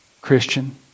Christian